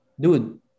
dude